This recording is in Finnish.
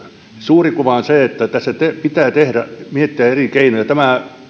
suuri kuva on se että että tässä pitää miettiä eri keinoja